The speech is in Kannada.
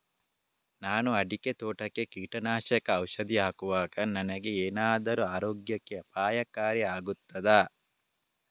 ನಾನು ಅಡಿಕೆ ತೋಟಕ್ಕೆ ಕೀಟನಾಶಕ ಔಷಧಿ ಹಾಕುವಾಗ ನನಗೆ ಏನಾದರೂ ಆರೋಗ್ಯಕ್ಕೆ ಅಪಾಯಕಾರಿ ಆಗುತ್ತದಾ?